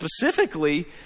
specifically